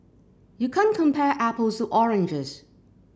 you can't compare apples to oranges